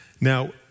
Now